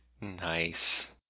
Nice